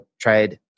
tried